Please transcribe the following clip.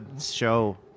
show